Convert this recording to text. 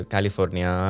California